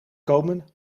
komen